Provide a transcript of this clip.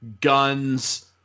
guns